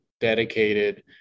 dedicated